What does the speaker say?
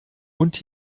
und